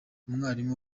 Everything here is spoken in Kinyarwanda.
umwarimu